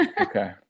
Okay